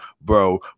Bro